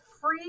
free